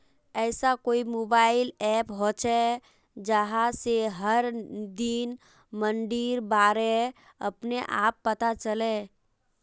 ऐसा कोई mobile app होचे जहा से हर दिन मंडीर बारे अपने आप पता चले?